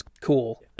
cool